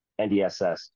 NDSS